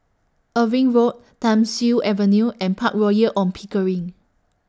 Irving Road Thiam Siew Avenue and Park Royal on Pickering